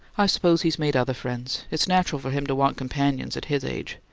i suppose he's made other friends. it's natural for him to want companions, at his age.